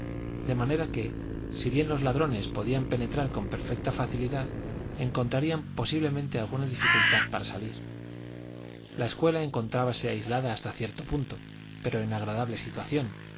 de las trampas de anguilas de manera que si bien los ladrones podían penetrar con perfecta facilidad encontrarían posiblemente alguna dificultad para salir la escuela encontrábase aislada hasta cierto punto pero en agradable situación